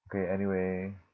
K anyway